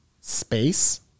space